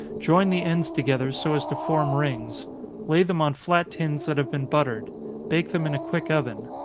join the ends together, so as to form rings lay them on flat tins that have been buttered bake them in a quick oven.